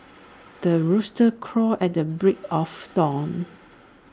the rooster crows at the break of dawn